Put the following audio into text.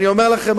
אני אומר לכם,